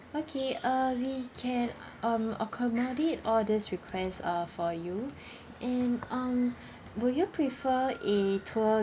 okay uh we can um accommodate all these requests uh for you and um will you prefer a tour